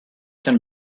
can